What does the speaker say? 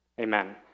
Amen